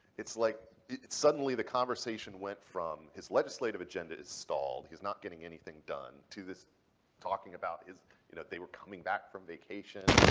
it's like suddenly, the conversation went from his legislative agenda is stalled, he's not getting anything done, to this talking about his, you know they were coming back from vacation.